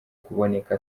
kuboneka